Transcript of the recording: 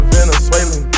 Venezuelan